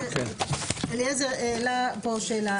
אליעזר העלה פה שאלה.